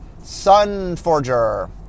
Sunforger